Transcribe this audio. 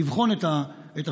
לבחון את הסוגיה.